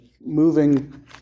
moving